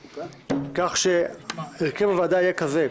כך שהרכב הוועדה יהיה כזה: